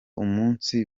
umunsi